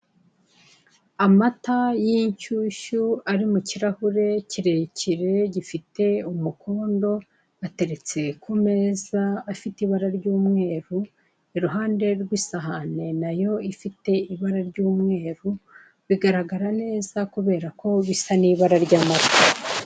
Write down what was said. Amata y'inshyushyu ari mu kirahure kirekire gifite umukondo, ateretse ku meza afite ibara ry'umweru, iruhande rw'isaha nayo ifite ibara ry'umweru bigaragara neza kubera ko bisa n'ibara ry'amata.